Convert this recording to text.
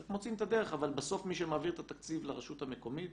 מוצאים את הדרך אבל בסוף מי שמעביר את התקציב לרשות המקומית,